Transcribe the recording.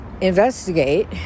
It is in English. investigate